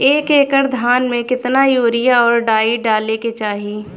एक एकड़ धान में कितना यूरिया और डाई डाले के चाही?